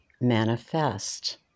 manifest